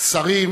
שרים,